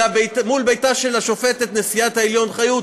אלא מול ביתה של השופטת נשיאת העליון חיות,